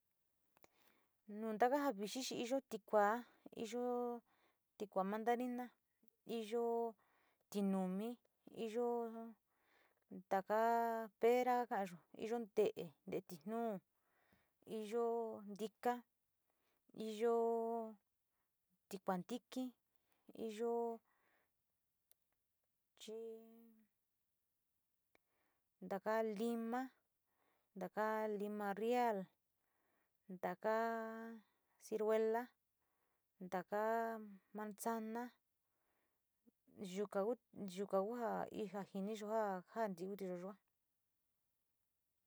Nu taka ja vixi iyo tikuu, iyo tikua mandarina, iyo tinumi, iyo taka pera kakayo, iyo te´e te´e tituu, iyo ntika, iyo tikua ntiki, iyo ehi taka lima, ntaka lima real, ntaka ciruela, ntaka manzana, yuka ku ja jiniyo ja jatiuntuyo yua.